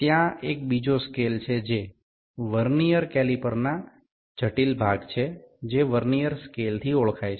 ત્યાં એક બીજો સ્કેલ છે જે વર્નિયર કેલીપરનો જટિલ ભાગ છે જે વર્નિયર સ્કેલથી ઓળખાય છે